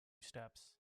steps